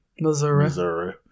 Missouri